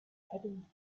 having